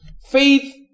Faith